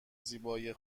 زیبایی